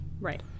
Right